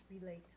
relate